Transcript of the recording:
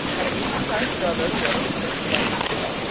and a medium-sized brother who always forgets to wipe his feet,